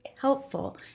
helpful